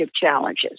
challenges